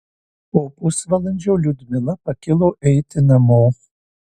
po pusvalandžio liudmila pakilo eiti namo